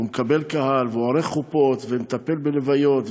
והוא מקבל קהל והוא עורך חופות ומטפל בלוויות,